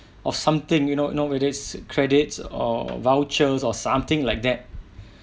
or something you know you know it is credits or vouchers or something like that